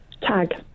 Tag